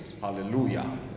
Hallelujah